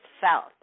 felt